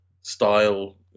style